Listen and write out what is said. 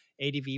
ADV